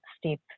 steep